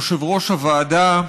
יושב-ראש הוועדה,